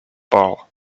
ball